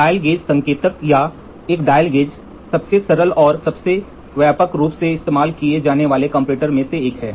dial gauge संकेतक या एक डायल गेज सबसे सरल और सबसे व्यापक रूप से इस्तेमाल किए जाने वाले कंपैरेटर में से एक है